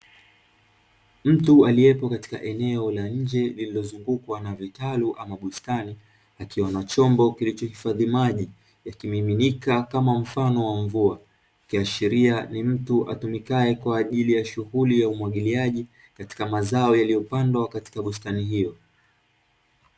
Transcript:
Mtu aleyepo katika eneo la nje lililozungukwa na vitalu ama bustani, akiwa na chombo kilichohifadhi maji yakimiminika kama mfano wa mvua, ikiashiria ni mtu atumikae katika shughuli ya umwagiliaji katika mazao yaliyopandwa katika bustani hiyo